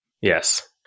Yes